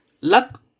luck